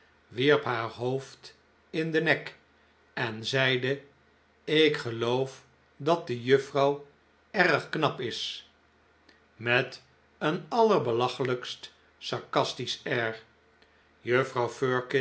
haar hoofd in den nek en zeide ik geloof dat de juffrouw erg knap is met een allerbelachelijkst sarcastisch air juffrouw